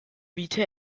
biete